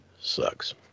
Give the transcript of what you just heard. sucks